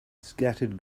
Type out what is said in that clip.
scattered